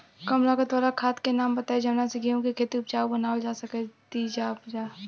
कम लागत वाला खाद के नाम बताई जवना से गेहूं के खेती उपजाऊ बनावल जा सके ती उपजा?